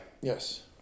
Yes